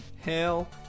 hell